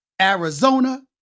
Arizona